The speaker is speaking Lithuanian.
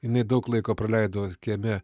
jinai daug laiko praleido kieme